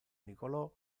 niccolò